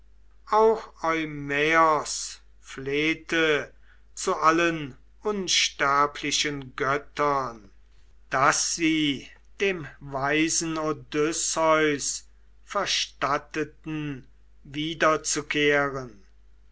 auch eumaios flehte zu allen unsterblichen göttern daß sie dem weisen odysseus verstatteten